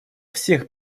всех